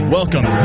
Welcome